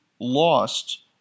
lost